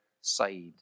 side